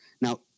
Now